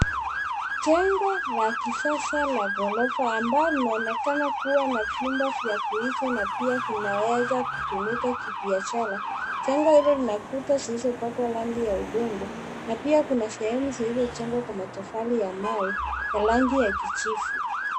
Jengo la kisasa la gorofa amalo linaonekana kuwa na vyumba vya kuishi na pia vinaweza kutumika kibiashara jengo hili lina kuta zilizopakwa rangi ya udongo na pia kuna sehemu zilizojengwa kwa matofali ya mawe ya rangi ya kijivu.